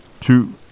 two